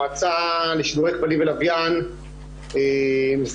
המועצה לשידורי כבלים ולוויין --- שר